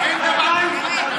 אין דבר כזה.